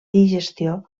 digestió